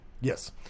Yes